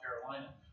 Carolina